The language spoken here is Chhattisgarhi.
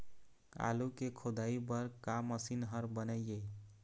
आलू के खोदाई बर का मशीन हर बने ये?